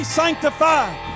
sanctified